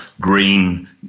green